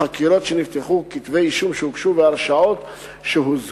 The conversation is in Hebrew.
חקירות שנפתחו, כתבי אישום שהוגשו והרשעות שהושגו,